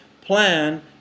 plan